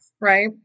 right